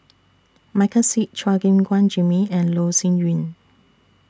Michael Seet Chua Gim Guan Jimmy and Loh Sin Yun